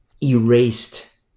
erased